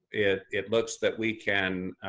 it it looks that we can